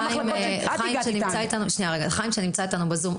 אני שואלת את חיים שנמצא איתנו ב-זום.